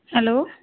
hello